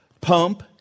pump